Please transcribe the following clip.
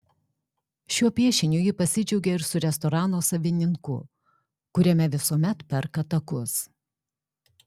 šiuo piešiniu ji pasidžiaugė ir su restorano savininku kuriame visuomet perka takus